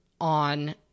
on